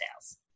sales